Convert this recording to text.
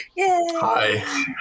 hi